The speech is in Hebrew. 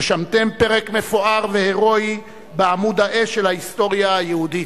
רשמתם פרק מפואר והירואי בעמוד האש של ההיסטוריה היהודית.